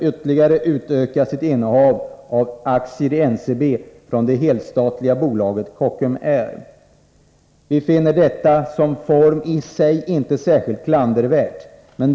ytterligare utöka sitt innehav av aktier i NCB från det helstatliga bolaget Kockum Air. Vi finner detta i sig inte särskilt klandervärt.